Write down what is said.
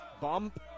Bump